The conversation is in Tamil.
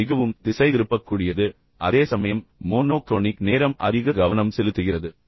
இது மிகவும் திசைதிருப்பக்கூடியது அதேசமயம் மோனோக்ரோனிக் நேரம் அதிக கவனம் செலுத்துகிறது